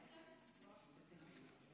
יש לך עד שלוש דקות.